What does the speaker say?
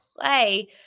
play